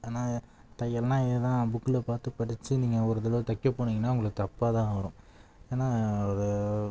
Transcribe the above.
ஆனால் தையல்னால் இது தான் புக்கில் பார்த்து படிச்சு நீங்கள் ஒரு தடவை தைக்க போனீங்கன்னால் உங்களுக்கு தப்பாக தான் வரும் ஏனால் ஒரு